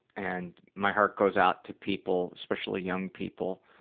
and my heart goes out to people, especially young people,